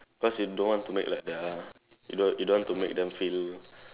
cause you don't want to make like ya you don't you don't want to make them feel